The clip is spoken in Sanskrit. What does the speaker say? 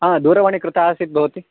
हा दूरवाणी कृता आसीत् भवति